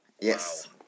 Yes